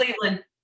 Cleveland